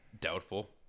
doubtful